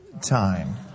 time